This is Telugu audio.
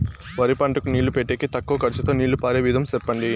వరి పంటకు నీళ్లు పెట్టేకి తక్కువ ఖర్చుతో నీళ్లు పారే విధం చెప్పండి?